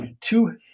two